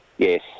Yes